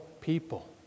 people